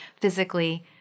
physically